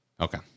Okay